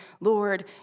Lord